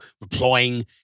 replying